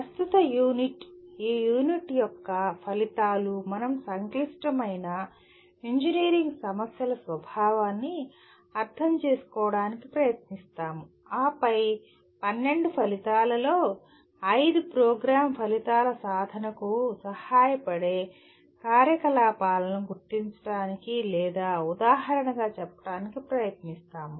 ప్రస్తుత యూనిట్ ఈ యూనిట్ యొక్క ఫలితాలు మనం సంక్లిష్టమైన ఇంజనీరింగ్ సమస్యల స్వభావాన్ని అర్థం చేసుకోవడానికి ప్రయత్నిస్తాము ఆపై 12 ఫలితాలలో 5 ప్రోగ్రామ్ ఫలితాల సాధనకు సహాయపడే కార్యకలాపాలను గుర్తించడానికి లేదా ఉదాహరణగా చెప్పడానికి ప్రయత్నిస్తాము